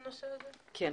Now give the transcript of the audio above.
כן.